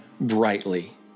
brightly